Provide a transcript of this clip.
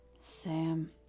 Sam